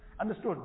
understood